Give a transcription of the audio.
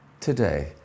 Today